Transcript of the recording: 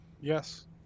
Yes